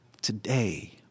Today